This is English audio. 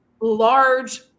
large